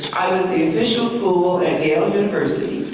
i was the official fool at yale university.